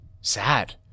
sad